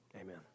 Amen